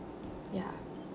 ya